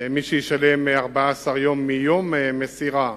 למי שישלם בתוך 14 יום מיום מסירת